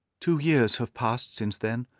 two years have passed since then,